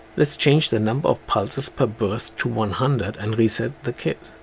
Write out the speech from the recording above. lets change the number of pulses per burst to one hundred and reset the kit